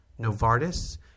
Novartis